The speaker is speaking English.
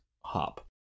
hop